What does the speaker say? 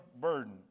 burden